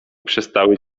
przestały